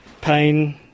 pain